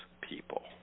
people